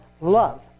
love